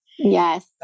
Yes